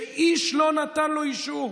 שאיש לא נתן לו אישור.